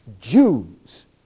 Jews